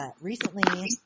recently